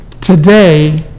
today